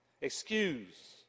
excuse